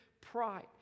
pride